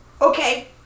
Okay